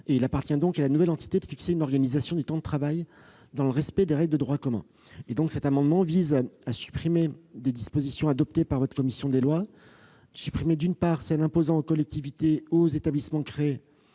Il appartient donc à la nouvelle entité de fixer une organisation du temps de travail dans le respect des règles de droit commun. Cet amendement tend donc à supprimer des dispositions adoptées par votre commission des lois, dont celle qui soumet les collectivités ou les établissements créés